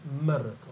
miracle